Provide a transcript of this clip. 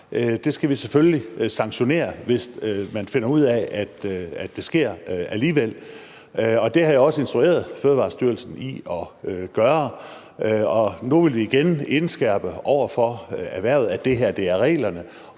det skal vi selvfølgelig sanktionere, hvis man finder ud af, at det sker alligevel. Det har jeg også instrueret Fødevarestyrelsen om at gøre, og nu vil vi igen indskærpe over for erhvervet, at det er reglerne